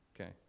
Okay